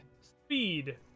speed